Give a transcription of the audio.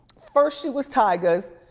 first she was tyga's.